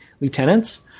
lieutenants